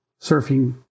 surfing